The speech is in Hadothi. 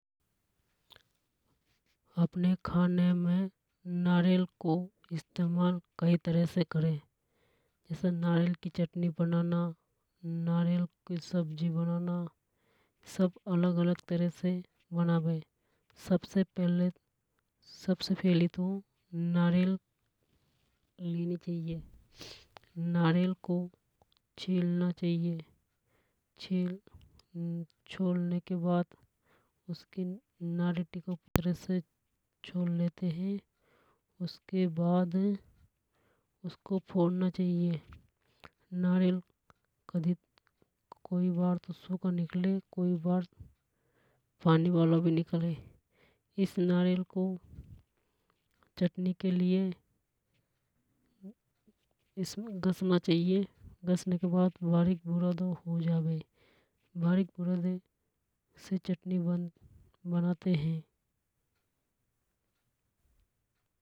अपने खाने में नारियल को इस्तमाल कई तरह से करे जैसे नारियल की चटनी बनाना नारियल की सब्जी बनाना सब अलग-अलग तरह से बनावे सब से सबसे पहले तो नारियल लेने चाहिए। नारियल को छोलना चाहिए। उसकी नारीटी को पूरी तरह से छोल लेते हे। उसके बाद उसको फोड़ना चाहिए नारियल कोई बार सूखा निकले कोई बार पानी वालो निकले इस नारियल को चटनी के लिए घसना चाहिए घसने के बाद बारीक बुरादों हो जावे बारीक बुरादे से चटनी बनाते हे।